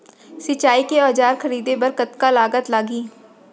सिंचाई के औजार खरीदे बर कतका लागत लागही?